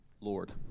Lord